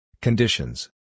Conditions